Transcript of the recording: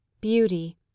beauty